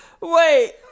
Wait